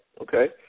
okay